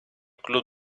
club